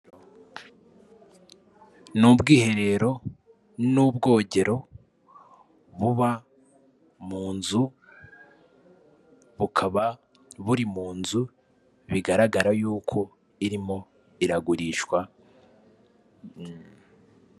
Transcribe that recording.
Ni ubwiherero n'ubwogero buba mu nzu bukaba buri mu nzu bigaragara yuko irimo iragurishwa.